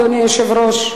אדוני היושב-ראש,